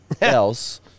else